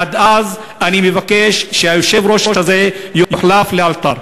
עד אז אני מבקש שהיושב-ראש הזה יוחלף לאלתר.